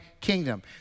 kingdom